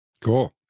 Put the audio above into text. cool